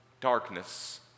darkness